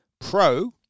Pro